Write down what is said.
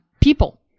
people